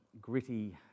gritty